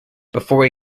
before